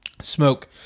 smoke